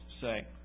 say